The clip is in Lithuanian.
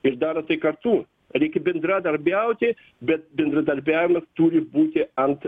ir daro tai kartu reikia bendradarbiauti bet bendradarbiavimas turi būti ant